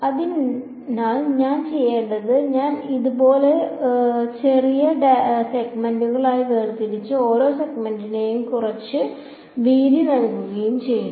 അതിനാൽ ഞാൻ ചെയ്യേണ്ടത് ഞാൻ ഇത് ഇതുപോലെ ചെറിയ സെഗ്മെന്റുകളായി വേർതിരിച്ച് ഓരോ സെഗ്മെന്റിനും കുറച്ച് വീതി നൽകുകയും ചെയ്യും